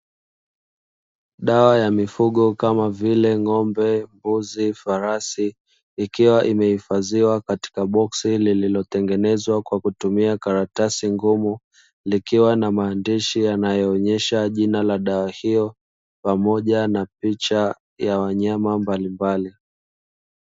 Dawa ya mifugo, kama vile: ng'ombe mbuzi, farasi, ikiwa imehifadhiwa katika boksi lililotengenezwa kwa kutumia karatasi ngumu, likiwa na maandishi yanayoonyesha jina la dawa hiyo pamoja na picha ya wanyama mbalimbali.